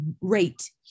rate